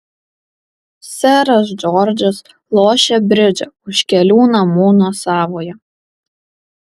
seras džordžas lošė bridžą už kelių namų nuo savojo